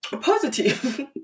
positive